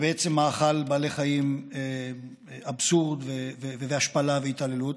ובעצם מאכל בעלי חיים אבסורד והשפלה והתעללות,